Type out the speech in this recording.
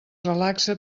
relaxa